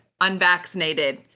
unvaccinated